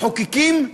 המחוקקים,